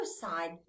suicide